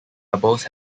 doubles